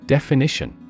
Definition